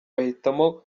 bahitamo